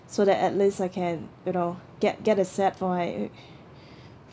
so that at least I can you know get get a set for my